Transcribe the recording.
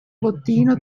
bottino